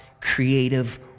creative